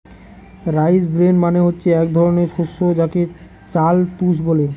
rice bran মানে হচ্ছে এক ধরনের শস্য যাকে চাল তুষ বলে